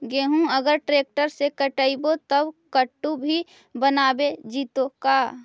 गेहूं अगर ट्रैक्टर से कटबइबै तब कटु भी बनाबे जितै का?